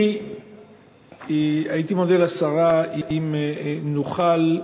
אני הייתי מודה לשרה אם נוכל,